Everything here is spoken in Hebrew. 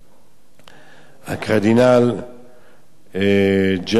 הקרדינל ז'אן לואי טוראן,